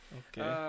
okay